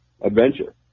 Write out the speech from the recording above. adventure